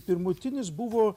pirmutinis buvo